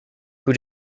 who